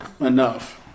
enough